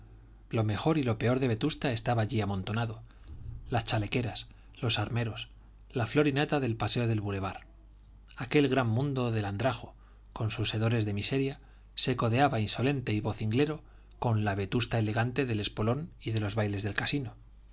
lo mejor y lo peor de vetusta estaba allí amontonado las chalequeras los armeros la flor y nata del paseo del boulevard aquel gran mundo del andrajo con sus hedores de miseria se codeaba insolente y vocinglero con la vetusta elegante del espolón y de los bailes del casino